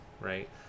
right